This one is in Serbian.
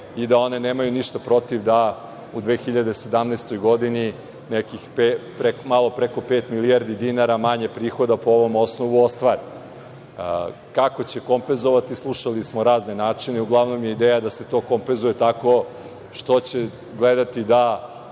i da one nemaju ništa protiv da u 2017. godini malo preko pet milijardi dinara manje prihoda po ovom osnovu ostvare. Kako će kompenzovati? Slušali smo razne načine. Uglavnom je ideja da se to kompenzuje tako što će gledati da